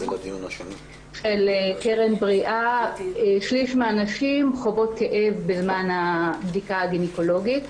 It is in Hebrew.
שלישי מהנשים חוות כאב בזמן הבדיקה הגניקולוגית.